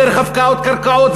דרך הפקעת קרקעות,